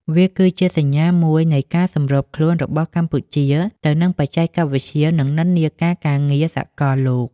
វាគឺជាសញ្ញាណមួយនៃការសម្របខ្លួនរបស់កម្ពុជាទៅនឹងបច្ចេកវិទ្យា និងនិន្នាការការងារសកលលោក។